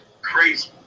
Crazy